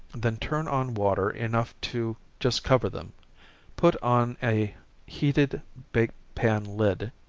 then turn on water enough to just cover them put on a heated bake pan lid.